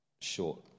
short